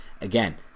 again